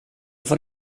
får